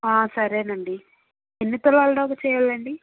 సరే అండీ ఎన్ని తులాలదాకా చేయాలండీ